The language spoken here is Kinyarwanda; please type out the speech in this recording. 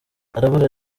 harabura